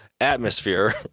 atmosphere